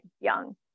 young